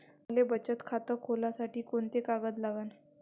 मले बचत खातं खोलासाठी कोंते कागद लागन?